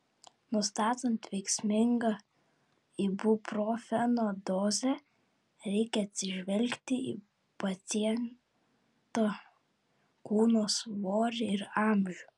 nustatant veiksmingą ibuprofeno dozę reikia atsižvelgti į paciento kūno svorį ir amžių